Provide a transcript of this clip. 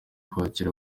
kwakira